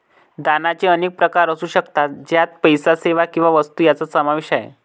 दानाचे अनेक प्रकार असू शकतात, ज्यात पैसा, सेवा किंवा वस्तू यांचा समावेश आहे